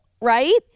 right